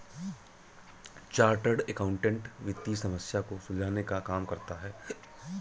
chartered accountant वित्तीय समस्या को सुलझाने का काम करता है